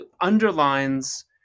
underlines